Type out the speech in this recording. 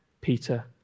Peter